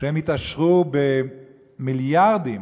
שהתעשרו במיליארדים